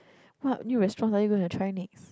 what new restaurants are you gonna try next